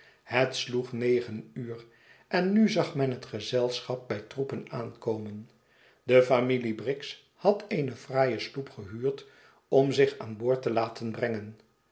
het sloeg negen uur en nu zag men het gezelschap bij troepen aankomen de famine briggs had eene fraaie sloep gehuurd om zich aan boord te laten brengen